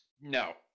no